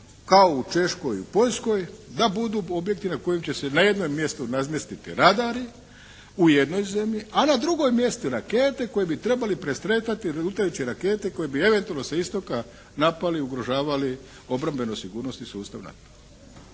kao u Češkoj i u Poljskoj da budu objekti na kojem će se na jednom mjestu razmjestiti radari u jednoj zemlji, a na drugom mjestu rakete koje bi trebale presretati lutajuće rakete koje bi eventualno sa Istoka napali i ugrožavali obrambenu sigurnost i sustav NATO-a.